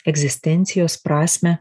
egzistencijos prasmę